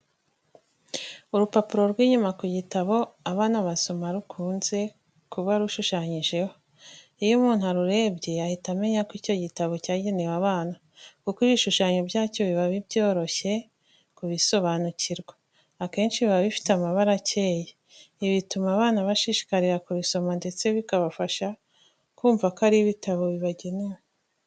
Urupapuro rw'inyuma ku bitabo abana basoma rukunze kuba rushushanyijeho. Iyo umuntu arurebye, ahita amenya ko icyo gitabo cyagenewe abana, kuko ibishushanyo byacyo biba byoroshye kubisobanukirwa, akenshi biba bifite amabara akeye. Ibi bituma abana bashishikarira kubisoma ndetse bikabafasha kumva ko ari ibitabo bibagenewe.